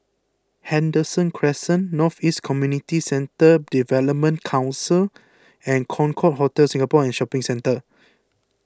Henderson Crescent North East Community Centre Development Council and Concorde Hotel Singapore and Shopping Centre